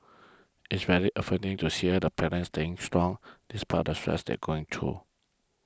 it's very affirming into hear the parents staying strong despite the stress they going through